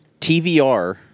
TVR